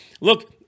Look